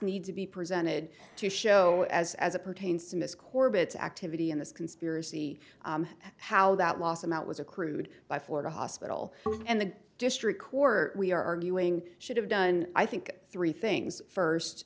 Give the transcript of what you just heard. need to be presented to show as as it pertains to miss corbett activity in this conspiracy how that loss amount was accrued by florida hospital and the district court we are arguing should have done i think three things first